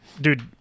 Dude